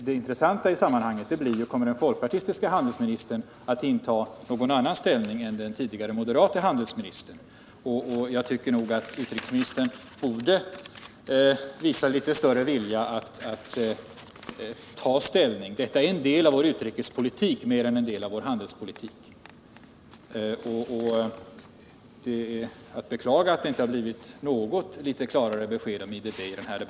Det intressanta i sammanhanget blir: Kommer den folkpartistiske handelsministern att inta någon annan ståndpunkt än den tidigare, moderate, handelsministern? Utrikesministern borde visa litet större vilja att ta ställning. Detta är en del av vår utrikespolitik mer än en del av vår handelspolitik. Det är att beklaga att det i denna debatt inte har givits något klarare besked om IDB.